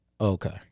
Okay